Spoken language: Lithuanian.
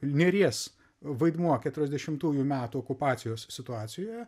nėries vaidmuo keturiasdešimtųjų metų okupacijos situacijoje